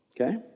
Okay